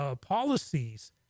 policies